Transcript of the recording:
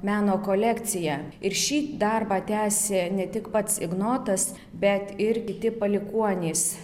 meno kolekciją ir šį darbą tęsė ne tik pats ignotas bet ir kiti palikuonys